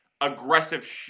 aggressive